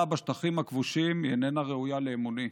בשטחים הכבושים היא איננה ראויה לאמוני.